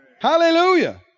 Hallelujah